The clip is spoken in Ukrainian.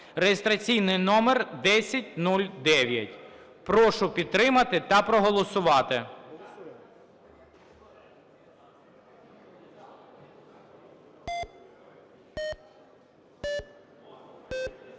(реєстраційний номер 1009). Прошу підтримати та проголосувати.